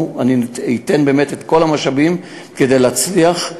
ואני אתן באמת את כל המשאבים כדי להצליח,